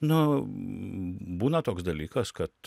nu būna toks dalykas kad